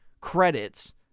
credits